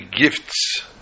gifts